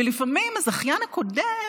ולפעמים הזכיין הקודם,